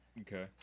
Okay